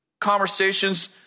Conversations